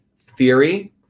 theory